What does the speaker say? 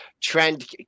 trend